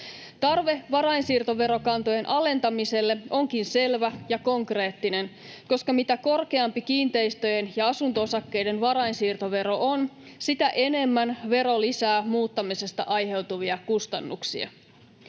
Tarve varainsiirtoverokantojen alentamiselle onkin selvä ja konkreettinen, koska mitä korkeampi kiinteistöjen ja asunto-osakkeiden varainsiirtovero on, sitä enemmän vero lisää muuttamisesta aiheutuvia kustannuksia.